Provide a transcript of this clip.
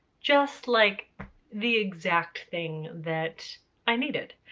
just like the exact thing that i needed.